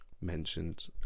mentioned